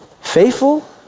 Faithful